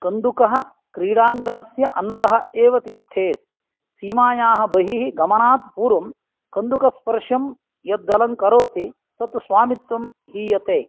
कन्दुकः क्रीडाङ्गणस्य अन्तः एव तिष्ठेत् सीमायाः बहिः गमनात् पूर्वं कन्दुकस्पर्शं यद्दलं करोति तत् स्वामित्वं हीयते